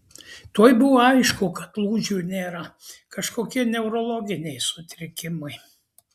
tuoj buvo aišku kad lūžių nėra kažkokie neurologiniai sutrikimai